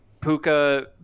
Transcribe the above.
Puka